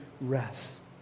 rest